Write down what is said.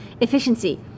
efficiency